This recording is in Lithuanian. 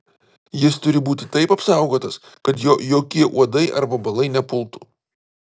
jis turi būti taip apsaugotas kad jo jokie uodai ar vabalai nepultų